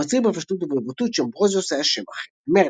הוא מצהיר בפשטות ובבוטות שאמברוזיוס היה שם אחר למרלין.